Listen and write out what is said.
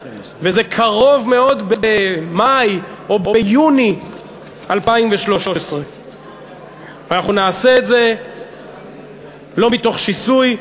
12. וזה קרוב מאוד במאי או ביוני 2013. ואנחנו נעשה את זה לא מתוך שיסוי,